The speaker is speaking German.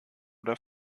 oder